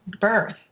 birth